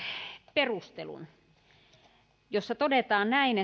perustelun jossa todetaan näin